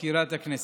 מזכירת הכנסת,